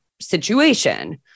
situation